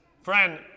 Friend